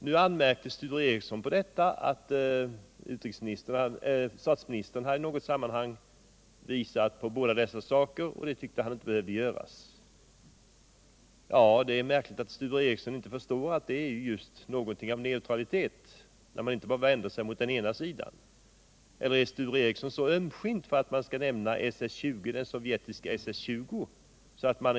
Nu anmärkte Sture Ericson på att statsministern i något sammanhang visat på dessa båda saker. Det tyckte Sture Ericson inte behövde göras. Det är märkligt att Sture Ericson inte förstår att det är ett uttryck för neutraliteten att man inte vänder sig mot bara den ena sidan. Eller har Sture Ericson så ömt skinn att man inte får nämna den sovjetiska SS 20?